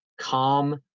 calm